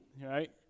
right